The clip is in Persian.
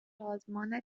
سازمان